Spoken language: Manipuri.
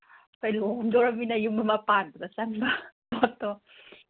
ꯍꯣꯏ ꯂꯨꯍꯣꯡꯗꯣꯔꯝꯅꯤꯅ ꯌꯨꯝ ꯑꯃ ꯄꯥꯟꯕꯗ ꯆꯪꯕ ꯄꯣꯠꯇꯣ